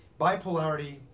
Bipolarity